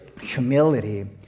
humility